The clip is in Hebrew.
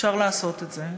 אפשר לעשות את זה,